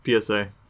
psa